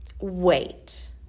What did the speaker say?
Wait